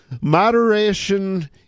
Moderation